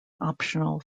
optional